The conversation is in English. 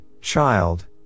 child